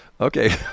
Okay